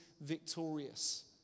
victorious